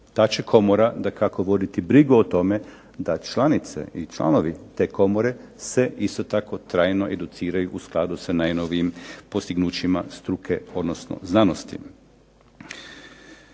Ta će komora dakako voditi brigu o tome da članice i članovi te komore se isto tako trajno educiraju u skladu sa najnovijim postignućima struke, odnosno znanosti.